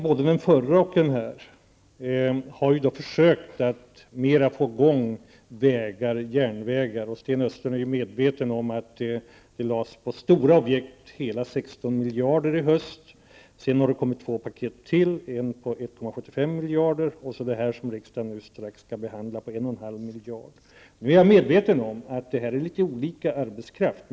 Både den tidigare och den nuvarande regeringen har försökt få igång byggandet av vägar och järnvägar. Sten Östlund är medveten om att hela 16 miljarder kronor har i höst lagts ut på stora objekt. Det har sedan kommit ytterligare två paket, en på 1,75 miljarder kronor och det som strax skall behandlas i riksdagen på en 1,5 miljarder kronor. Jag är medveten om att det här handlar om litet olika typer av arbetskraft.